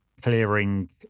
clearing